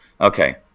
Okay